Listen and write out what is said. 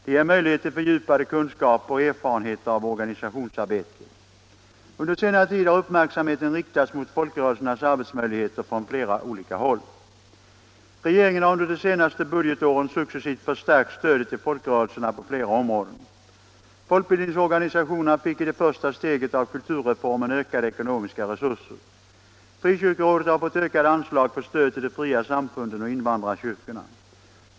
De ger möjlighet till fördjupade kunskaper och erfarenheter av organisationsarbete. Under senare tid har uppmärksamheten riktats mot folkrörelsernas arbetsmöjligheter från flera olika håll. Regeringen har under de senaste budgetåren successivt förstärkt stödet till folkrörelserna på flera områden. Folkbildningsorganisationerna fick i det första steget av kulturreformen ökade ekonomiska resurser. Frikyrkorådet har fått ökade anslag för stöd till de fria samfunden och invandrarkyrkorna.